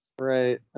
Right